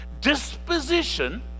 disposition